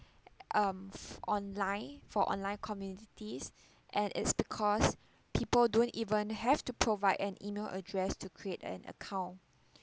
um online for online communities and it's because people don't even have to provide an email address to create an account